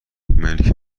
ملکی